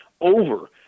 over